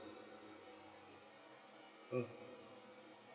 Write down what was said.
mm